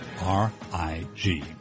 R-I-G